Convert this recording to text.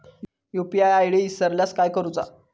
UPI ID इसरल्यास काय करुचा?